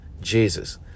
Jesus